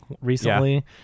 recently